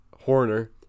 Horner